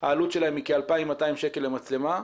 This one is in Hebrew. העלות שלהן היא כ-2,200 שקל למצלמה.